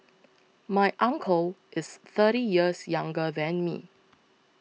my uncle is thirty years younger than me